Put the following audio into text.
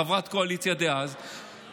חברת קואליציה דאז,